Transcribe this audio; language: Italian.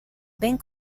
ben